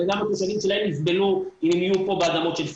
הרי גם התושבים שלהם יסבלו אם הם יהיו פה באדמות של סירקין.